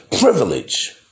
privilege